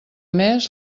mes